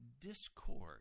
discord